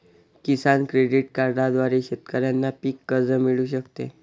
किसान credit कार्डद्वारे शेतकऱ्यांना पीक कर्ज मिळू शकते